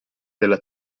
della